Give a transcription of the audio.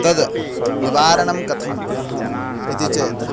तद् निवारणं कथम् इति चेत्